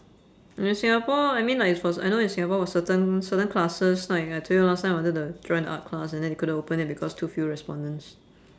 in singapore I mean like it's for ce~ I know in singapore for certain certain classes like I told you last time I wanted to join art class and then they couldn't open it because too few respondents